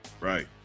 right